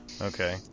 Okay